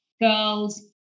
girl's